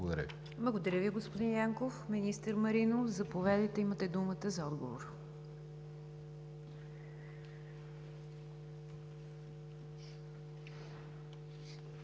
Благодаря Ви, господин Янков. Министър Маринов, заповядайте, имате думата за отговор.